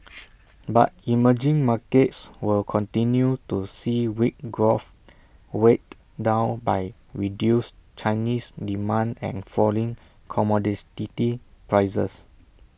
but emerging markets will continue to see weak growth weighed down by reduced Chinese demand and falling commodes dirty prices